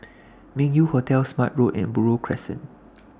Meng Yew Hotel Smart Road and Buroh Crescent